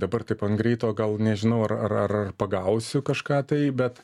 dabar taip ant greito gal nežinau ar ar ar pagausiu kažką tai bet